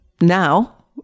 now